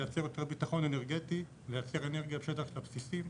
ליצר יותר ביטחון אנרגטי לייצר אנרגית שטח לבסיסים,